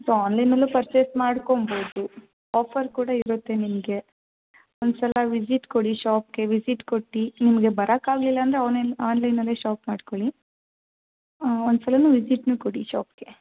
so ಆನ್ಲೈನಲ್ಲೂ purchase ಮಾಡ್ಕೊಬೋದು offer ಕೂಡ ಇರುತ್ತೆ ನಿಮಗೆ ಒಂದು ಸಲ ವಿಸಿಟ್ ಕೊಡಿ ಶಾಪ್ಗೆ ವಿಸಿಟ್ ಕೊಟ್ಟು ನಿಮಗೆ ಬರಕ್ಕೆ ಆಗಲಿಲ್ಲ ಅಂದ್ರೆ ಆನೈನ್ ಆನ್ಲೈನಲ್ಲೇ ಶಾಪ್ ಮಾಡ್ಕೊಳ್ಳಿ ಹಾಂ ಒಂದು ಸಲನು ವಿಸಿಟ್ ನೀವು ಕೊಡಿ ಶಾಪ್ಗೆ